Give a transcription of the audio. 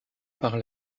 par